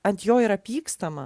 ant jo yra pykstama